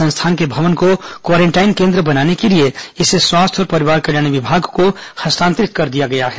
संस्थान के भवन को क्वारेंटाइन केन्द्र बनाने के लिए इसे स्वास्थ्य और परिवार कल्याण विभाग को हस्तांतरित कर दिया गया है